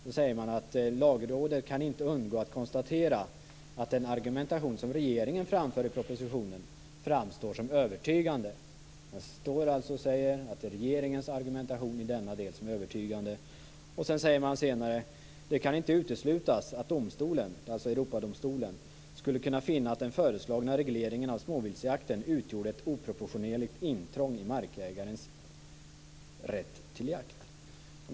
Så säger man att Lagrådet inte kan "undgå att konstatera att den argumentation som regeringen framför i propositionen - framstår som övertygande". Man säger alltså att det är regeringens argumentation i denna del som är övertygande. Senare säger man så här: "Det kan inte uteslutas att domstolen" - alltså Europadomstolen - "skulle kunna finna att den föreslagna regleringen av småviltsjakten utgjorde ett oproportionerligt intrång i markägarens rätt till jakt".